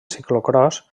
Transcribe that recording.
ciclocròs